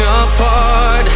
apart